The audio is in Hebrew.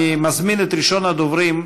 אני מזמין את ראשון הדוברים,